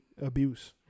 abuse